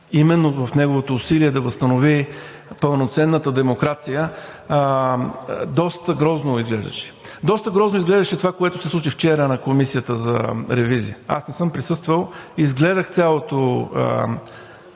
именно в неговото усилие да възстанови пълноценната демокрация – доста грозно изглеждаше. Доста грозно изглеждаше това, което се случи вчера в Комисията за ревизия. Аз не съм присъствал, изгледах целия